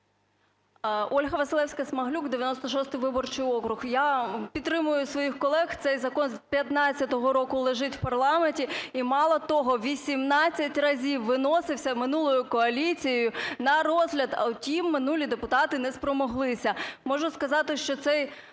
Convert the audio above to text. Ольга Василевська-Смаглюк, 96 виборчий округ. Я підтримую своїх колег, цей закон з 15-го року лежить в парламенті. І мало того, 18 разів виносився минулою коаліцією на розгляд, а втім, минулі депутати не спромоглися. Можу сказати, що цей